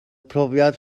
profiad